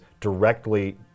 directly